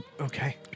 okay